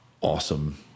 awesome